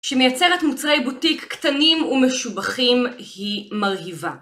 שמייצרת מוצרי בוטיק קטנים ומשובחים היא מרהיבה